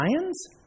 lions